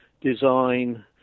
design